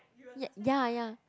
y~ ya ya